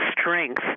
strength